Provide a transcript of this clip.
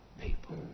people